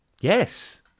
yes